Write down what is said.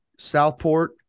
Southport